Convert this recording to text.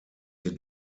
hier